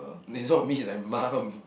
it's not me it's my mom